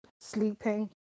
sleeping